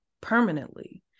permanently